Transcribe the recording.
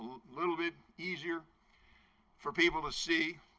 little bit easier for people to see.